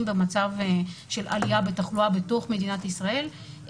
במצב של עלייה בתחלואה בתוך מדינת ישראל,